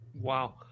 Wow